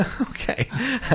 Okay